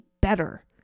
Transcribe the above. better